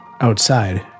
Outside